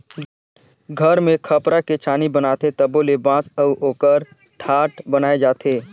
घर मे खपरा के छानी बनाथे तबो ले बांस अउ ओकर ठाठ बनाये जाथे